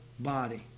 body